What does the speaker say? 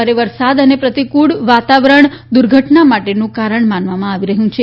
ભારે વરસાદ અને પ્રતિકુળ વાતાવરણ દુર્ઘટના માટેનું કારણ માનવામાં આવી રહ્યું છે